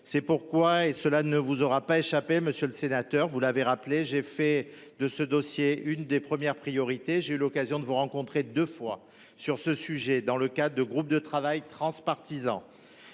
C’est pourquoi – cela ne vous aura pas échappé, monsieur le sénateur, car vous l’avez rappelé – j’ai fait de ce dossier l’une de mes priorités. J’ai eu l’occasion de vous rencontrer deux fois sur ce sujet dans le cadre d’un groupe de travail transpartisan